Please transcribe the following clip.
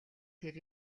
тэр